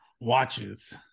Watches